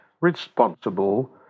responsible